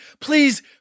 please